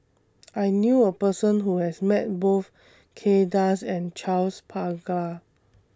I knew A Person Who has Met Both Kay Das and Charles Paglar